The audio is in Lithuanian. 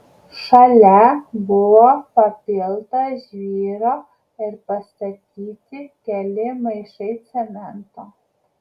šalia buvo papilta žvyro ir pastatyti keli maišai cemento